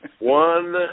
one